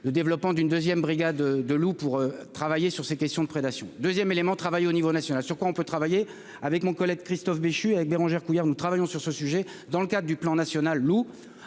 le développement d'une 2ème, brigade de loup pour travailler sur ces questions de prédation 2ème élément travail au niveau national sur quoi on peut travailler avec mon collègue Christophe Béchu avec Bérangère Couillard, nous travaillons sur ce sujet dans le cadre du plan national ou